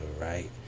right